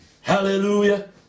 Hallelujah